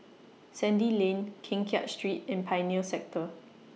Sandy Lane Keng Kiat Street and Pioneer Sector